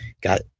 got